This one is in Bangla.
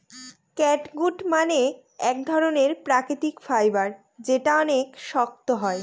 ক্যাটগুট মানে এক ধরনের প্রাকৃতিক ফাইবার যেটা অনেক শক্ত হয়